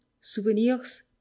souvenirs